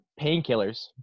painkillers